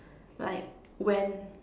like when